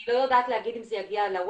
אני לא יודעת להגיד אם זה יגיע לוואטסאפ,